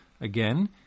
Again